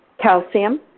calcium